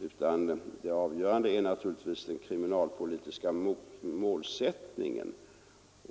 utan det skall naturligtvis vara den kriminalpolitiska målsättningen.